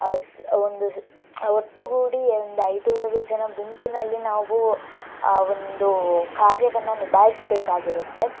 ಒಂದು ಒಟ್ಟುಗೂಡಿ ಒಂದು ಐದಾರು ಜನ ಗುಂಪಿನಲ್ಲಿ ನಾವು ಒಂದು ಕಾರ್ಯವನ್ನು ನಿಭಾಯಿಸ್ಬೇಕಾಗಿರುತ್ತೆ